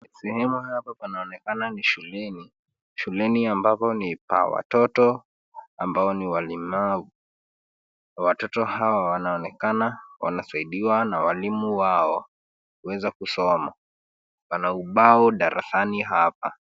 Sehemu hapa panaonekana ni shuleni. Shuleni ambapo ni pa watoto ambao ni walemavu. Watoto hawa wanonekana wanasaidiwa na walimu wao kuweza kusoma. Pana ubao darasani hapa.